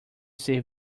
ser